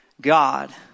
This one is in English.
God